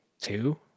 Two